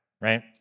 right